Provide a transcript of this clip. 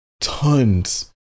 tons